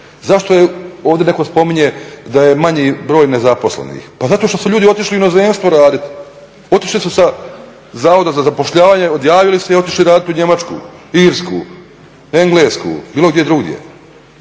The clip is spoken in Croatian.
zašto je, ovdje neko spominje da je manji broj nezaposlenih, pa zato što su ljudi otišli u inozemstvo raditi, otišli su sa zavoda za zapošljavanje, odjavili se i otišli raditi u Njemačku, Irsku, Englesku bilo gdje drugdje.